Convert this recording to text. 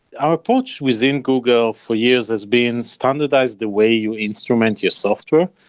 our approach within google for years has been standardized the way you instrument your software.